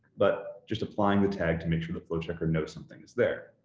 but just applying the tag to make sure the flow checker knows something's there.